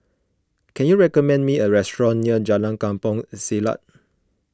can you recommend me a restaurant near Jalan Kampong Siglap